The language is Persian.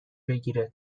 بگیره